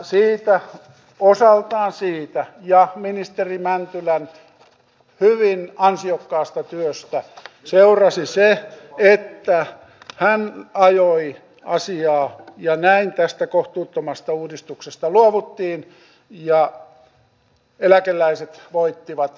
siitä osaltaan siitä ja ministeri mäntylän hyvin ansiokkaasta työstä seurasi se että hän ajoi asiaa ja näin tästä kohtuuttomasta uudistuksesta luovuttiin ja eläkeläiset voittivat